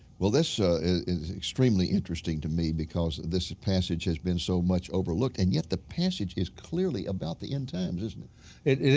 well this is extremely interesting to me because this passage has been so much overlooked. and yet the passage is clearly about the end times isn't it?